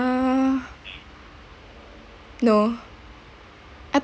uh no I